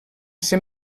ser